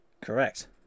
Correct